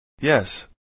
Yes